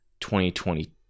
2020